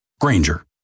Granger